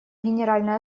генеральная